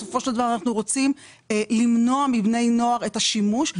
בסופו של דבר אנחנו רוצים למנוע מבני נוער את השימוש.